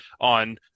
on